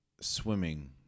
swimming